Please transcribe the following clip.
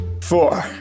Four